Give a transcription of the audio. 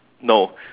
no